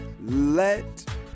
Let